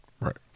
right